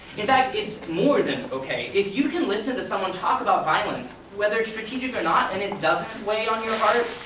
in fact, it's more than okay. if you can listen to someone talk about violence, whether it's strategic or not, and it doesn't weigh on your heart,